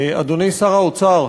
אדוני שר האוצר,